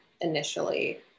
initially